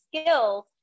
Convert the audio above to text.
skills